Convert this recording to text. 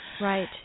Right